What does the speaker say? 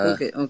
Okay